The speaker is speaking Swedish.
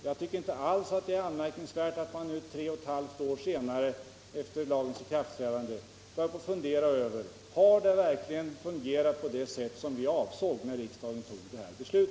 Jag tycker inte alls att det är anmärkningsvärt att man tre och ett halvt år efter det att lagen om an ställningsskydd trädde i kraft vill pröva om den verkligen har fungerat på det sätt som vi avsåg när riksdagen fattade detta beslut.